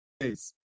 face